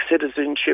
citizenship